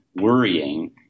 worrying